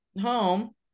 home